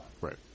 Right